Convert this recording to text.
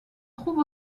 trouve